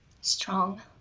Strong